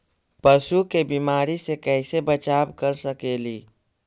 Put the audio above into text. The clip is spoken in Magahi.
पशु के बीमारी से कैसे बचाब कर सेकेली?